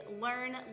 Learn